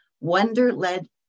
wonder-led